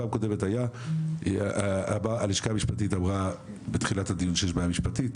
בפעם הקודמת הלשכה המשפטית אמרה בתחילת הדיון שיש בעיה משפטית,